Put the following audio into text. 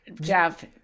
Jeff